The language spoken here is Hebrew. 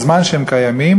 כל זמן שהם קיימים,